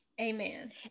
Amen